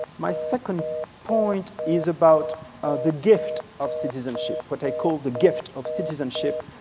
my second point is about the gift of citizenship what i call the gift of citizenship.